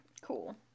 Cool